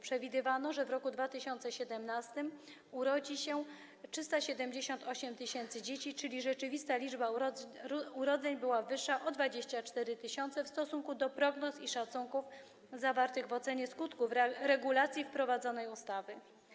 Przewidywano, że w roku 2017 urodzi się 378 tys. dzieci, czyli rzeczywista liczba urodzeń była wyższa o 24 tys. w stosunku do prognoz i szacunków zawartych w ocenie skutków regulacji tej ustawy.